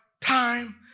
time